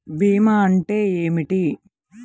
భీమా అంటే ఏమిటి?